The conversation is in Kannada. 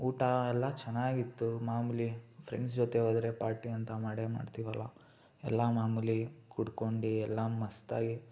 ಊಟ ಎಲ್ಲ ಚೆನ್ನಾಗಿತ್ತು ಮಾಮೂಲಿ ಫ್ರೆಂಡ್ಸ್ ಜೊತೆ ಹೋದ್ರೆ ಪಾರ್ಟಿ ಅಂತ ಮಾಡೇ ಮಾಡ್ತೀವಲ್ಲ ಎಲ್ಲ ಮಾಮೂಲಿ ಕುಡ್ಕೊಂಡು ಎಲ್ಲ ಮಸ್ತಾಗಿ